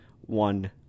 one